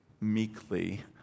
meekly